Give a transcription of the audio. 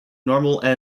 normal